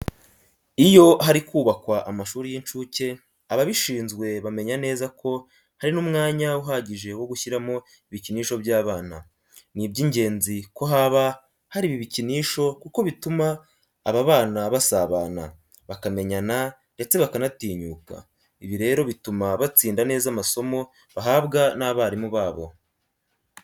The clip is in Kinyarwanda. Iyo hari kubakwa amashuri y'incuke ababishinzwe bamenya neza ko hari n'umwanya uhagije wo gushyiramo ibikinisho by'abana. Ni iby'ingenzi ko haba hari ibi bikinisho kuko bituma aba bana basabana, bakamenyana ndetse bakanatinyuka. Ibi rero bituma batsinda neza amasomo bahabwa n'abarimu babo.